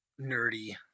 nerdy